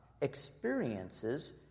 experiences